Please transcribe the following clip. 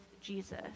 Jesus